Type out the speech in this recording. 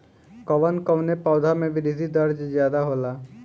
कवन कवने पौधा में वृद्धि दर ज्यादा होला?